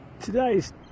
Today's